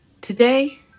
Today